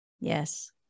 Yes